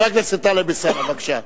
חבר הכנסת טלב אלסאנע, בבקשה.